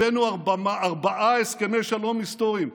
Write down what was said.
הבאנו ארבעה הסכמי שלום היסטוריים.